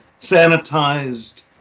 sanitized